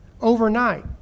overnight